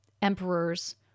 emperors